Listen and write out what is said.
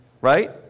right